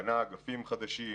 בנה אגפים חדשים,